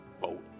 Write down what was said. vote